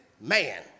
man